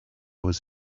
was